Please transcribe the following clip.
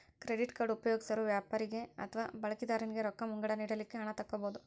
credit card ಉಪಯೊಗ್ಸೊರು ವ್ಯಾಪಾರಿಗೆ ಅಥವಾ ಬಳಕಿದಾರನಿಗೆ ರೊಕ್ಕ ಮುಂಗಡ ನೇಡಲಿಕ್ಕೆ ಹಣ ತಕ್ಕೊಬಹುದು